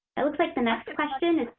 it looks like the next question,